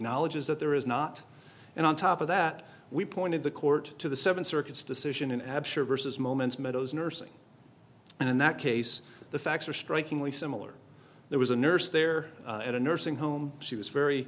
acknowledges that there is not and on top of that we pointed the court to the seven circuits decision and hampshire versus moments meadows nursing and in that case the facts are strikingly similar there was a nurse there at a nursing home she was very